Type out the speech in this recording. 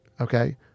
Okay